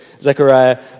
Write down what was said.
Zechariah